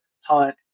Hunt